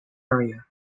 area